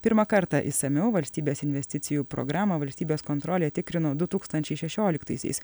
pirmą kartą išsamiau valstybės investicijų programą valstybės kontrolė tikrino du tūkstančiai šešioliktaisiais